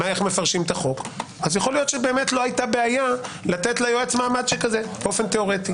ולא הייתה בעיה לתת ליועץ מעמד כזה תיאורטית.